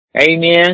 amen